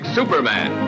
Superman